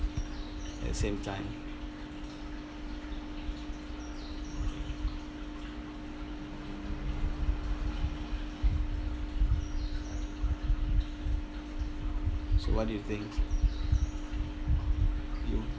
at the same time so what do you think you